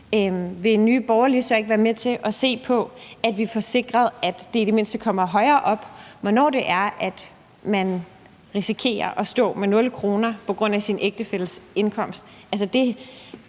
ikke være med til at se på, at vi får sikret, at beløbet i det mindste kommer højere op, i forhold til hvornår det er, man risikerer at stå med 0 kr. på grund af sin ægtefælles indkomst?